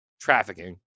trafficking